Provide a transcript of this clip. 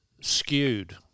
skewed